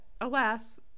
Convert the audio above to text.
alas